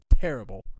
terrible